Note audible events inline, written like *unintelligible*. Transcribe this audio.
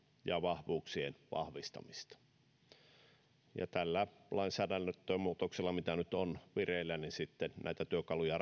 ja vahvuuksien vahvistamista tällä lainsäädäntömuutoksella mikä nyt on vireillä sitten rakennamme näitä työkaluja *unintelligible*